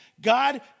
God